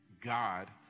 God